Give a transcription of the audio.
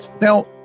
Now